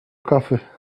coffee